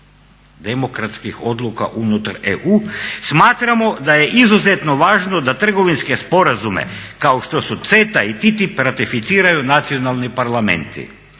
demokratskih odluka unutar EU smatramo da je izuzetno važno da trgovinske sporazume kao što su CETA i TTIP ratificiraju nacionalni parlamenti.